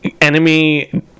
enemy